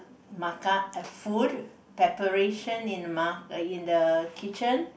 makan a food preparation in the mar~ eh in the kitchen